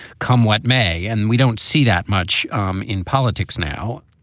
come what may. and we don't see that much um in politics now.